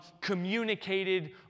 communicated